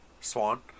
Swan